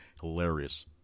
hilarious